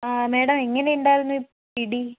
അ madam എങ്ങനെ ഉണ്ടായിരുന്നു പിടി